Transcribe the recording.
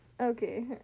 Okay